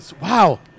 Wow